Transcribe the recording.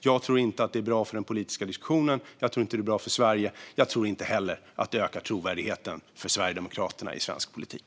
Jag tror inte att det är bra för den politiska diskussionen, jag tror inte att det är bra för Sverige och jag tror inte heller att det ökar trovärdigheten för Sverigedemokraterna i svensk politik.